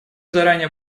заранее